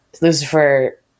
Lucifer